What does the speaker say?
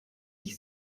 ich